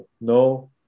No